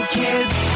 kids